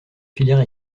filière